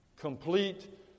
complete